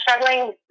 struggling